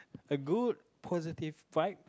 a good positive vibe